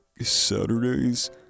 Saturdays